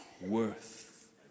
worth